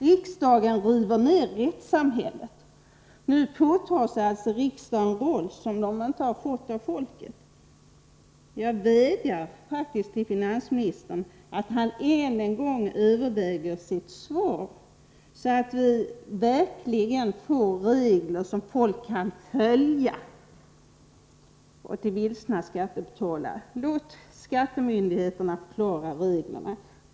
Riksdagen river ner rättssamhället. Nu påtar sig alltså riksdagen en roll som den inte har fått av folket. Jag vädjar faktiskt till finansministern att än en gång överväga sitt svar, så att vi verkligen får regler som folk kan följa. Till vilsna skattebetalare vill jag säga: Låt skattemyndigheterna förklara reglerna!